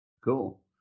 Cool